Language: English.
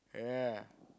yeah